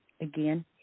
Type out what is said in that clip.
Again